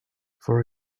for